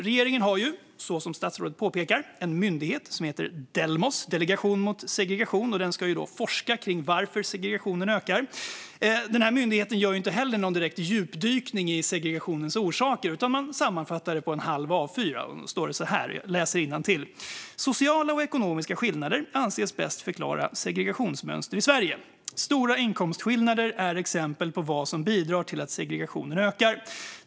Regeringen har ju, som statsrådet påpekar, en myndighet som heter Delegation mot segregation, Delmos, och den ska forska på varför segregationen ökar. Denna myndighet gör inte direkt någon djupdykning i segregationens orsaker utan sammanfattar det på en halv A4-sida: "Sociala och ekonomiska skillnader anses bäst förklara segregationsmönster i Sverige. Stora inkomstskillnader är exempel på vad som bidrar till att segregationen ökar.